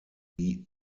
die